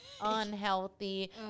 unhealthy